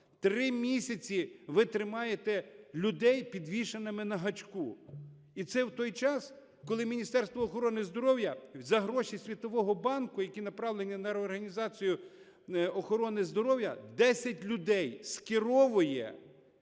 Три місяці ви тримаєте людей підвішеними на гачку. І це в той час, коли Міністерство охорони здоров'я за гроші Світового банку, які направлені на реорганізацію охорони здоров'я, десять людей скеровує